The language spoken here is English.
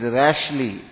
rashly